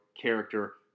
character